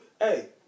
hey